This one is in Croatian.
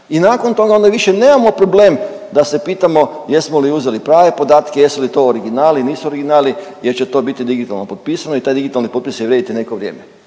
I nakon toga onda više nemamo problem da se pitamo jesmo li uzeli prave podatke, jesu li to originali, nisu originali jer će to biti digitalno potpisano i taj digitalni potpis će vrijediti neko vrijeme.